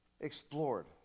explored